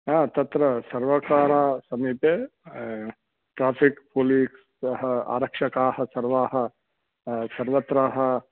हा तत्र सर्वकारसमीपे ट्राफ़िक् पोलिस् सः आरक्षकाः सर्वे सर्वत्र